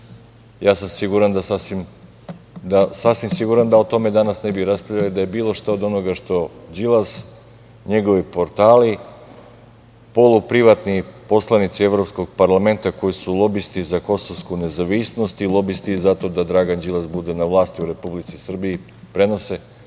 sasvim siguran da o tome danas ne bi raspravljali da je bilo šta od onoga što Đilas, njegovi portali, polu-privatni poslanici Evropskog parlamenta koji su lobisti za kosovsku nezavisnost i lobisti za to da Dragan Đilas bude na vlasti u Republici Srbiji, prenose.